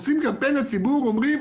עושים קמפיין לציבור ואומרים: